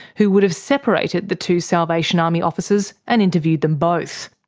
who would have separated the two salvation army officers and interviewed them both.